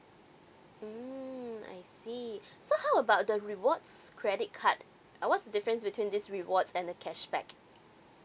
mm I see so how about the rewards credit card uh what's the difference between these rewards and the cashback